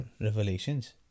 Revelations